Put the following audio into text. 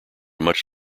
much